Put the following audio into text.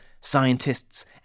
scientists